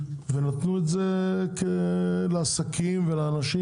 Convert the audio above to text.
ונתנו את זה לעסקים ולאנשים